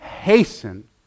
hasten